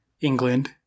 England